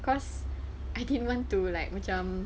cause I didn't want to like macam